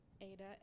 Ada